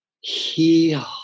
heal